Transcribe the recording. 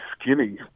skinny